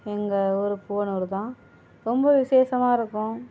எங்கள் ஊர் பூவனூர் தான் ரொம்ப விசேஷமாகருக்கும்